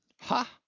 Ha